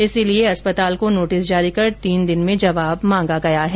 इसलिये अस्पताल को नोटिस जारी कर तीन दिन में जवाब मांगा गया है